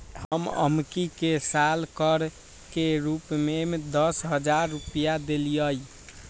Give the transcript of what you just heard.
हम एम्की के साल कर के रूप में दस हज़ार रुपइया देलियइ